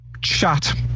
chat